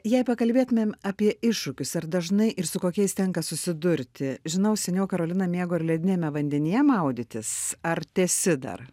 jei pakalbėtumėm apie iššūkius ar dažnai ir su kokiais tenka susidurti žinau seniau karolina mėgo ir lediniame vandenyje maudytis ar tęsi dar